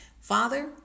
Father